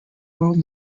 road